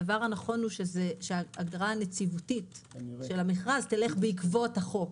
הדבר הנכון הוא שההגדרה הנציבותית של המכרז תלך בעקבות החוק.